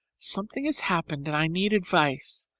something has happened and i need advice.